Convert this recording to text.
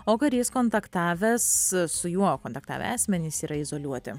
o karys kontaktavęs su juo kontaktavę asmenys yra izoliuoti